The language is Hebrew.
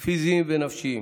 פיזיים ונפשיים.